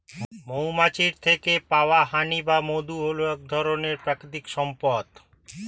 মৌমাছির থেকে পাওয়া হানি বা মধু হল এক অনন্য প্রাকৃতিক সম্পদ